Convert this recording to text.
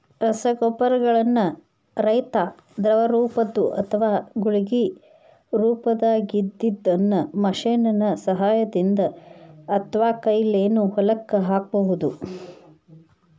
ರಸಗೊಬ್ಬರಗಳನ್ನ ರೈತಾ ದ್ರವರೂಪದ್ದು ಅತ್ವಾ ಗುಳಿಗಿ ರೊಪದಾಗಿದ್ದಿದ್ದನ್ನ ಮಷೇನ್ ನ ಸಹಾಯದಿಂದ ಅತ್ವಾಕೈಲೇನು ಹೊಲಕ್ಕ ಹಾಕ್ಬಹುದು